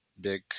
big